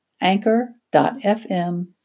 anchor.fm